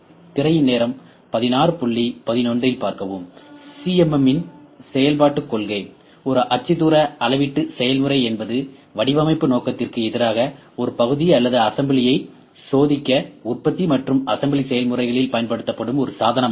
CMM இன் செயல்பாட்டுக் கொள்கை ஒரு அச்சுத்தூர அளவீட்டு செயல்முறை என்பது வடிவமைப்பு நோக்கத்திற்கு எதிராக ஒரு பகுதி அல்லது அசெம்பிளியை சோதிக்க உற்பத்தி மற்றும் அசெம்பிளி செயல்முறைகளில் பயன்படுத்தப்படும் ஒரு சாதனமாகும்